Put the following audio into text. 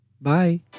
Bye